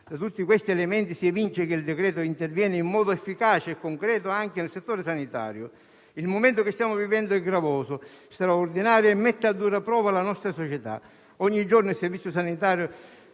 Da tutti questi elementi si evince che il decreto-legge interviene in modo efficace e concreto anche nel settore sanitario. Il momento che stiamo vivendo è gravoso, straordinario e mette a dura prova la nostra società. Ogni giorno il Servizio sanitario